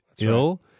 ill